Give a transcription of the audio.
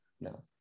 No